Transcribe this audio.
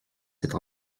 cette